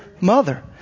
mother